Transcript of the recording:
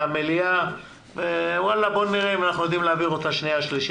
למליאה ונראה אם אנחנו יודעים להעביר אותה שנייה ושלישית בכנסת.